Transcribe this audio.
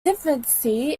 infancy